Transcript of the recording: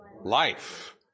Life